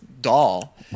doll